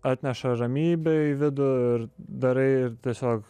atneša ramybę į vidų ir darai ir tiesiog